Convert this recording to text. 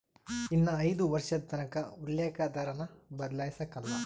ಇನ್ನ ಐದು ವರ್ಷದತಕನ ಉಲ್ಲೇಕ ದರಾನ ಬದ್ಲಾಯ್ಸಕಲ್ಲ